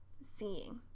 seeing